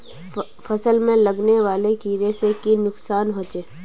फसल में लगने वाले कीड़े से की नुकसान होचे?